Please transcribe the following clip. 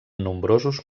nombrosos